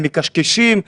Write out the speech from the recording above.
הם מקשקשים,